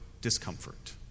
discomfort